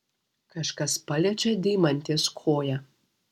kažkas paliečia deimantės koją